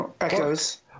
Echoes